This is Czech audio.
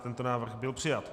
Tento návrh byl přijat.